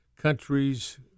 countries